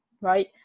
right